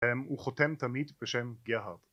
הוא חותם תמיד בשם גאהרד